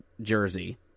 jersey